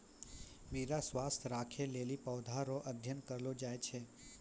मृदा स्वास्थ्य राखै लेली पौधा रो अध्ययन करलो जाय छै